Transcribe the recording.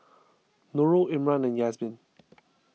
Nurul Imran and Yasmin